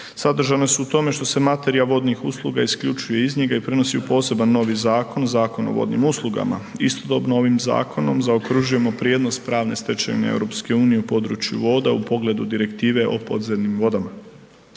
sadržane su u tome što se materija vodnih usluga isključuje iz njega i prenosi u poseban novi zakon, Zakon o vodnim uslugama. Istodobno ovim zakonom zaokružujemo prijenos pravne stečevine EU u području voda u pogledu Direktive o podzemnim vodama.